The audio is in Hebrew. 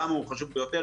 למה הוא חשוב ביותר,